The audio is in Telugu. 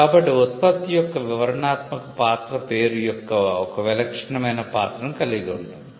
కాబట్టి ఉత్పత్తి యొక్క వివరణాత్మక పాత్ర పేరు యొక్క ఒక విలక్షణమైన పాత్రను కలిగి ఉంటుంది